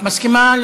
את מסכימה?